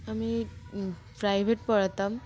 আমি প্রাইভেট পড়াতাম